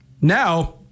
Now